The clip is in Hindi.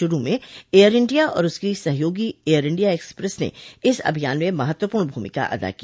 शुरू में एयर इंडिया और उसकी सहयोगी एयर इंडिया एक्सप्रेस ने इस अभियान में महत्वपूर्ण भूमिका अदा की